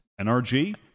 NRG